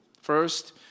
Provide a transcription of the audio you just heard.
First